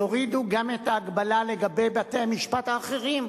יורידו את ההגבלה גם לגבי בתי-המשפט האחרים.